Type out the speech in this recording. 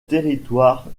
territoire